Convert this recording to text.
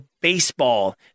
baseball